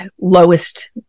lowest